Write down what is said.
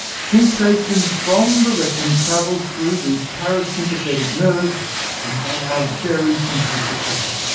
sensation from the rectum travels through these parasympathetic nerves and they are very sensitive to pressure.